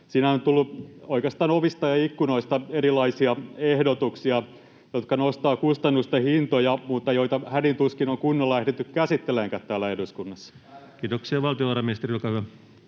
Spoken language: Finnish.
siinä on tullut oikeastaan ovista ja ikkunoista erilaisia ehdotuksia, jotka nostavat kustannusten hintoja mutta joita hädin tuskin on kunnolla ehditty käsittelemäänkään täällä eduskunnassa. [Speech 36] Speaker: Ensimmäinen